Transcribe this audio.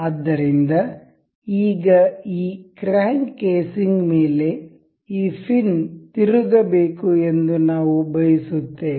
ಆದ್ದರಿಂದ ಈಗ ಈ ಕ್ರ್ಯಾಂಕ್ ಕೇಸಿಂಗ್ ಮೇಲೆ ಈ ಫಿನ್ ತಿರುಗಬೇಕು ಎಂದು ನಾವು ಬಯಸುತ್ತೇವೆ